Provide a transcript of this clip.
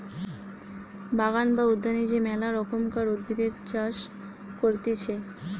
বাগান বা উদ্যানে যে মেলা রকমকার উদ্ভিদের চাষ করতিছে